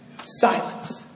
Silence